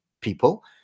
people